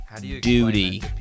duty